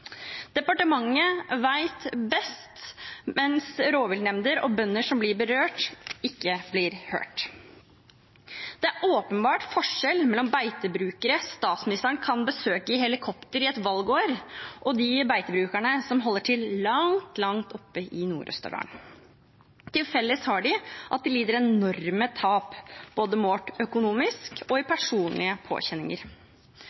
Departementet vet best, mens rovviltnemnder og bønder som blir berørt, ikke blir hørt. Det er åpenbart forskjell mellom beitebrukere statsministeren kan besøke i helikopter i et valgår, og de beitebrukerne som holder til langt oppe i Nord-Østerdal. Til felles har de at de lider enorme tap både målt økonomisk og i